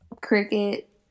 cricket